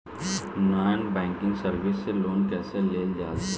Non banking service से loan कैसे लेल जा ले?